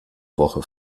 woche